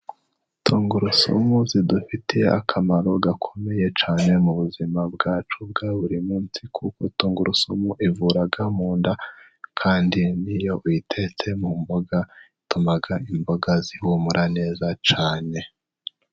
Tungurusumu zidufitiye akamaro gakomeye cyane, mu buzima bwacu bwa buri munsi, kuko tungurusumu ivura mu nda kandi ni iyo uyitetse mu mboga, ituma imboga zihumura neza cyane.